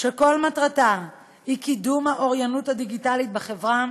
שכל מטרתה היא קידום האוריינות הדיגיטלית בחברה,